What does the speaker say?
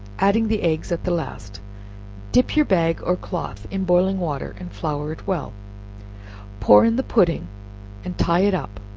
adding the eggs at the last dip your bag or cloth in boiling water and flour it well pour in the pudding and tie it up,